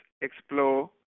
explore